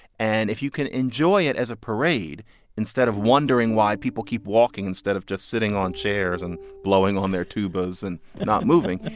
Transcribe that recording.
and if you can enjoy it as a parade instead of wondering why people keep walking instead of just sitting on chairs and blowing on their tubas and not moving,